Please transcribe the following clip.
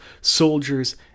soldiers